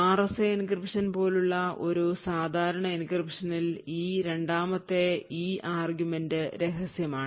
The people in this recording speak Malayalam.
RSA എൻക്രിപ്ഷൻ പോലുള്ള ഒരു സാധാരണ എൻക്രിപ്ഷനിൽ ഈ രണ്ടാമത്തെ e ആർഗ്യുമെന്റ് രഹസ്യമാണ്